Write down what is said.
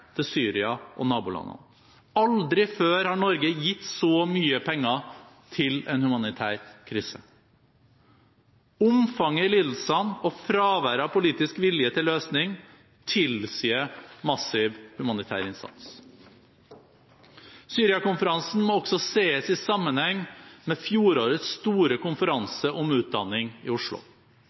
til Syria og nabolandene. Aldri før har Norge gitt så mye penger til en humanitær krise. Omfanget i lidelsene og fraværet av politisk vilje til løsning tilsier massiv humanitær innsats. Syria-konferansen må også ses i sammenheng med fjorårets store konferanse om utdanning i Oslo.